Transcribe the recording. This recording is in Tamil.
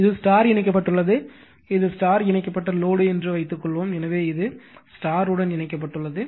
இது ஸ்டார் இணைக்கப்பட்டுள்ளது இது ஸ்டார் இணைக்கப்பட்ட லோடு என்று வைத்துக்கொள்வோம் எனவே இது ஸ்டார் உடன் இணைக்கப்பட்டுள்ளது